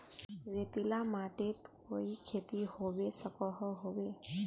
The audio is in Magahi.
रेतीला माटित कोई खेती होबे सकोहो होबे?